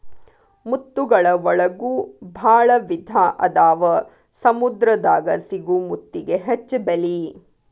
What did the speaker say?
ಮುತ್ತುಗಳ ಒಳಗು ಭಾಳ ವಿಧಾ ಅದಾವ ಸಮುದ್ರ ದಾಗ ಸಿಗು ಮುತ್ತಿಗೆ ಹೆಚ್ಚ ಬೆಲಿ